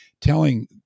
telling